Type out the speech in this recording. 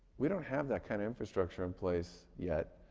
we don't have that kind of infrastructure in place yet,